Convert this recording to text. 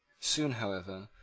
soon, however,